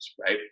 right